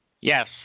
yes